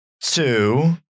two